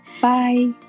bye